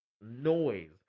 noise